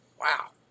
Wow